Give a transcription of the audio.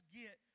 get